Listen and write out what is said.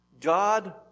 God